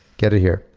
get it here.